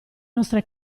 nostre